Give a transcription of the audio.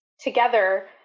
together